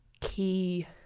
key